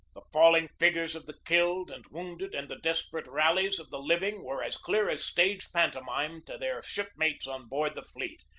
the falling figures of the killed and wounded and the desperate rallies of the living were as clear as stage pantomime to their shipmates on board the fleet,